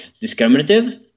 discriminative